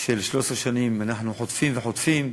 של 13 שנים אנחנו חוטפים וחוטפים,